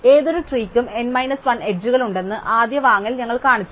ഏതൊരു ട്രീ ക്കും n 1 അരികുകളുണ്ടെന്ന ആദ്യ വാദങ്ങൾ ഞങ്ങൾ കാണിച്ചു